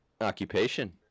Occupation